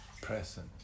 present